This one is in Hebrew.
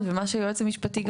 אבל שהיא מגיעה